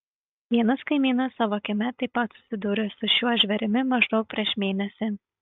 vienas kaimynas savo kieme taip pat susidūrė su šiuo žvėrimi maždaug prieš mėnesį